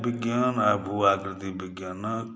विज्ञान आ भू आवृद्धि विज्ञानक